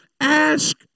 ask